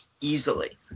easily